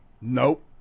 Nope